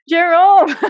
Jerome